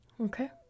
Okay